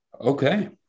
Okay